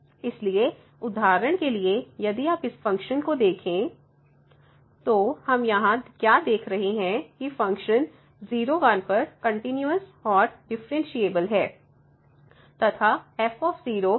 इसलिए उदाहरण के लिए यदि आप इस फंक्शन को देखें fxx 0≤x1 0 x1 तो हम यहाँ क्या देख रहे हैं कि फंक्शन 0 1 पर कंटिन्यूस और डिफ़्फ़रेनशियेबल है तथा f f है